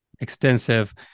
extensive